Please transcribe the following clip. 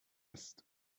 است